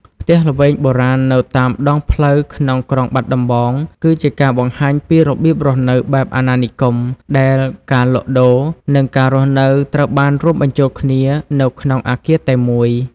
ផ្ទះល្វែងបុរាណនៅតាមដងផ្លូវក្នុងក្រុងបាត់ដំបង គឺជាការបង្ហាញពីរបៀបរស់នៅបែបអាណានិគម ដែលការលក់ដូរ និងការរស់នៅត្រូវបានរួមបញ្ចូលគ្នានៅក្នុងអគារតែមួយ។